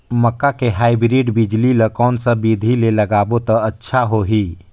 मक्का के हाईब्रिड बिजली ल कोन सा बिधी ले लगाबो त अच्छा होहि?